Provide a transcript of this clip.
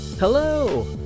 Hello